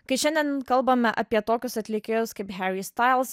kai šiandien kalbame apie tokius atlikėjus kaip hary stails